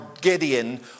Gideon